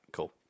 Cool